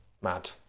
mad